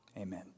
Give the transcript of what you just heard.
Amen